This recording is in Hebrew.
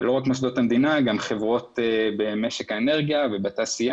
אלה לא רק מוסדות המדינה אלא גם חברות במשק האנרגיה ובתעשייה.